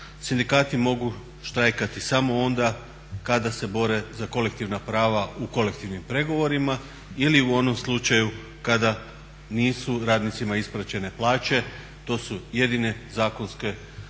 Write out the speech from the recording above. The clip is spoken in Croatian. Sindikati mogu štrajkati samo onda kada se bore za kolektivna prava u kolektivnim pregovorima ili u onom slučaju kada nisu radnicima isplaćene plaće. To su jedine zakonske osnove